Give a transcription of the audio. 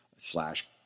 slash